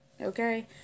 okay